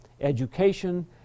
education